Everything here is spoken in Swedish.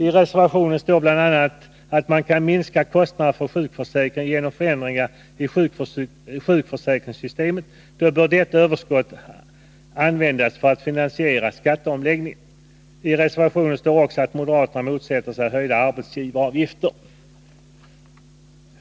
I reservationen står bl.a. att om man kan minska kostnaden för sjukförsäkringen genom förändringar i sjukförsäkringssystemet, då bör överskottet användas för att finansiera skatteomläggningen. I reservationen står också att moderaterna motsätter sig höjda arbetsgivaravgifter.